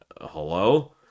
Hello